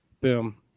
boom